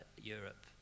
Europe